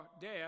death